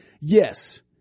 Yes